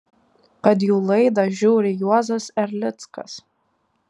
kad jų laidą žiūri juozas erlickas